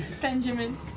Benjamin